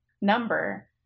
number